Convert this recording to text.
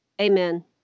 Amen